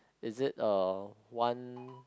is it uh one